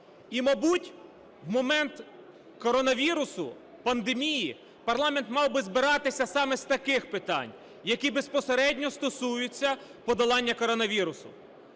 І, мабуть, в момент коронавірусу, пандемії, парламент мав би збиратися саме з таких питань, які безпосередньо стосуються подолання коронавірусу.